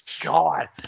God